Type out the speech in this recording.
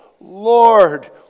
Lord